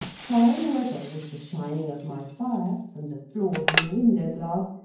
trying whether, with the shining of my fire and the flaws in the window-glass,